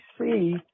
see